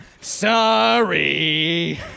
Sorry